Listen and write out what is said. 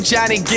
Johnny